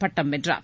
பட்ட் வென்றார்